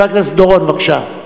חבר הכנסת דורון, בבקשה.